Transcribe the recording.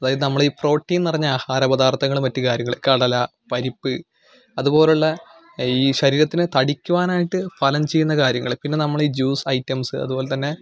അതായത് നമ്മൾ ഈ പ്രോട്ടീൻ നിറഞ്ഞ ആഹാരപദാർത്ഥങ്ങളും മറ്റ് കാര്യങ്ങളും കടല പരിപ്പ് അത്പോലുള്ള ഈ ശരീരത്തിന് തടിക്കുവാനായിട്ട് ഫലം ചെയ്യുന്ന കാര്യങ്ങൾ പിന്നെ നമ്മൾ ഈ ജ്യൂസ് ഐറ്റംസ് അതുപോലെ തന്നെ